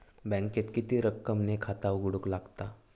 बँकेत किती रक्कम ने खाता उघडूक लागता?